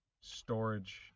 storage